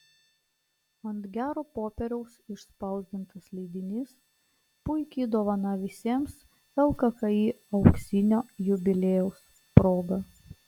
ant gero popieriaus išspausdintas leidinys puiki dovana visiems lkki auksinio jubiliejaus proga